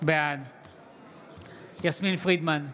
בעד יסמין פרידמן,